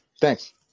Thanks